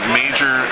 major